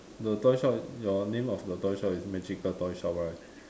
the toy shop your name of the toy shop is magical toy shop right